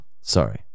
Sorry